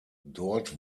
dort